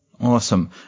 Awesome